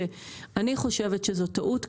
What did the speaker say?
שאני חושבת שזאת טעות,